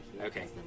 Okay